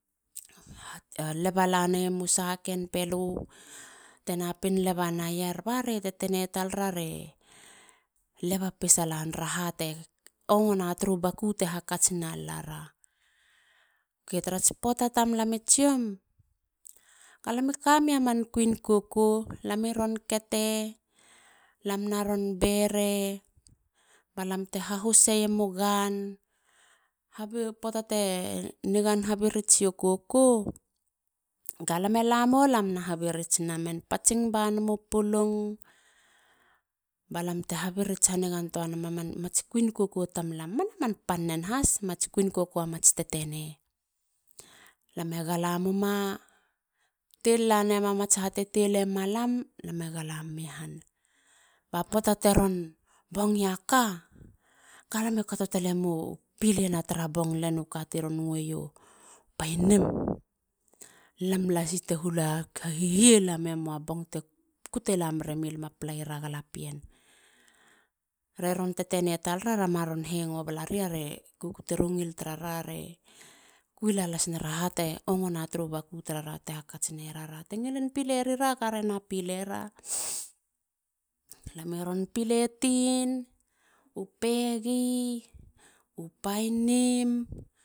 Haleba la neiemu sahu ken pelu te napin leba laneier. bare tetene talar. a re leba pesala nera ha te ongona turu baku te hakats nalila ra. O k. tarats poata tamlami tsiom. ga lam i kamei a man kuin koko. lam i ron kete. lam na ron bere. balam te hahuseiemu gan. Poata te nigan habirits io koko. ga lam e lamo. lam na habirits naman. patsing banem u pulung ba lam te habirits hanigantoa nema mats kuin koko tamlam. mena man pan nen has. mats kuin koko a mats tetene. lame gala muma. tel la nemuma mats ha te tel lanemuma lam. lam e gala mume han. ba poata teron bong ia ka. galame kato tale moa pilna tara bong len. u kati ron ngueio painim. Lam lasi te hahihie la memowa bong te kutela mere mowa lam a palanira galapien. ba re ron tetene talara. rema ron hengo balari. are kututeru ngil tarara. re kui la las nera hate ongona turu baku tarara te hakats neyerira. te ngilin pile rara. ga rena pilera. lameron pile tin. u pegi. u painim.